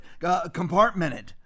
compartmented